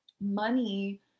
money